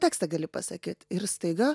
tekstą gali pasakyt ir staiga